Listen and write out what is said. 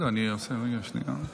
ואטורי, תשנה את הזמנים.